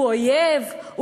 הוא אויב,